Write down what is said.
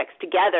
together